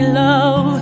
love